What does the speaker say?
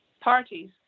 parties